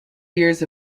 years